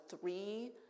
three